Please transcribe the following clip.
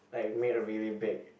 like make a really big